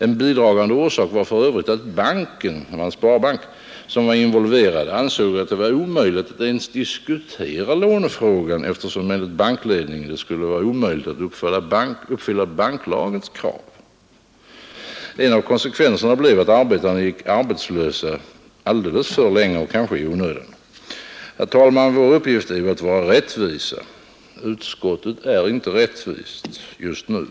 En bidragande orsak var för övrigt att banken — en sparbank — som var involverad, ansåg det omöjligt att ens diskutera lånefrågan, eftersom det enligt bankledningen skulle vara omöjligt att uppfylla banklagens krav. En av konsekvenserna blev att arbetarna gick arbetslösa alldeles för länge och kanske i onödan. Herr talman! Vår uppgift är ju att vara rättvisa. Utskottet är inte rättvist just nu.